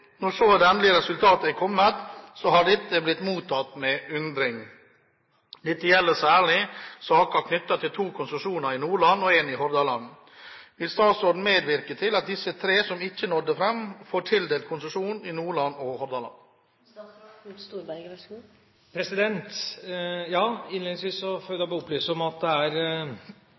Når så det endelige resultatet har kommet, så har dette blitt mottatt med undring. Dette gjelder særlig saker knyttet til to konsesjoner i Nordland og en i Hordaland. Vil statsråden medvirke til at disse tre som ikke nådde fram, får tildelt konsesjon i Nordland og Hordaland?» Innledningsvis vil jeg opplyse om at det er statsråd Lisbeth Berg-Hansen som har bedt om at det